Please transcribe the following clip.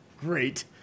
great